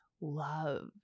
loved